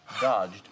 dodged